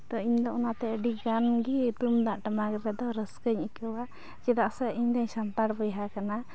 ᱛᱚ ᱤᱧᱫᱚ ᱚᱱᱟᱛᱮ ᱟᱹᱰᱤ ᱜᱟᱱᱜᱮ ᱛᱩᱢᱫᱟᱜ ᱴᱟᱢᱟᱠ ᱨᱮᱫᱚ ᱨᱟᱹᱥᱠᱟᱹᱧ ᱟᱹᱭᱠᱟᱹᱣᱟ ᱪᱮᱫᱟᱜ ᱥᱮ ᱤᱧᱫᱚ ᱥᱟᱱᱛᱟᱲ ᱵᱚᱭᱦᱟ ᱠᱟᱱᱟ